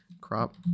crop